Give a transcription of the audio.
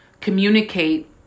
communicate